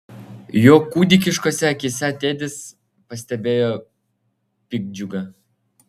jo kūdikiškose akyse tedis pastebėjo piktdžiugą